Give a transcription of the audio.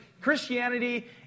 Christianity